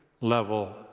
level